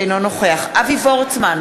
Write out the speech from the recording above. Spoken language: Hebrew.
אינו נוכח אבי וורצמן,